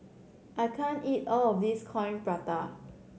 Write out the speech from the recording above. I can't eat all of this Coin Prata